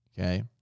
Okay